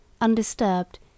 undisturbed